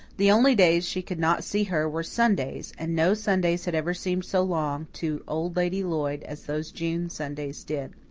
the only days she could not see her were sundays and no sundays had ever seemed so long to old lady lloyd as those june sundays did.